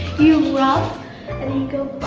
you rub and then you go